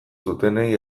zutenei